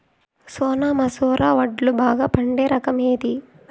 సోనా మసూర వడ్లు బాగా పండే రకం ఏది